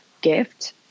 gift